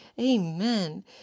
Amen